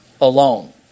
alone